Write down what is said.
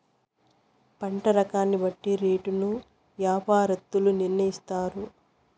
పంట రకాన్ని బట్టి రేటును యాపారత్తులు నిర్ణయిత్తారు